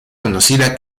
conocida